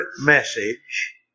message